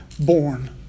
born